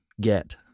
get